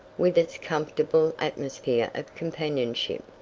with its comfortable atmosphere of companionship,